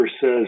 says